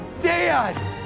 Dad